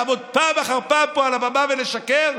לעמוד פעם אחר פעם פה על הבמה ולשקר?